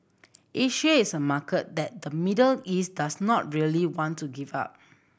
Asia is a market that the Middle East does not really want to give up